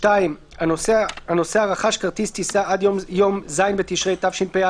הנוסע רכש כרטיס טיסה עד יום ז' בתשרי התשפ"א,